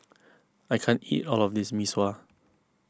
I can't eat all of this Mee Sua